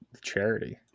charity